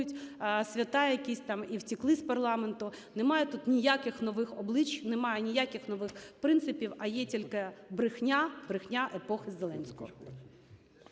свята якісь там і втекли з парламенту. Немає тут ніяких нових облич, немає ніяких нових принципів, а є тільки брехня, брехня епохи Зеленського.